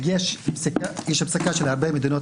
יש פסיקה של הרבה מדינות,